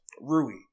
Rui